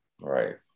Right